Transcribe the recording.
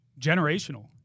Generational